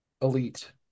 elite